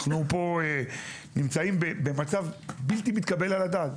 אנחנו נמצאים פה במצב בלתי מתקבל על הדעת.